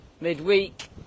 Midweek